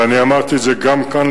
ואמרתי את זה גם כאן,